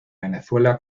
venezuela